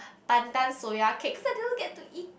pandan soya cake cause I didn't get to eat